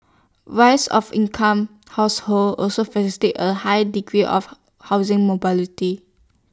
rise of incomes household also facilitated A high degree of housing mobility